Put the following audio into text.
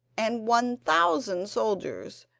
and one thousand soldiers,